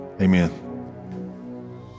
Amen